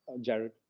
Jared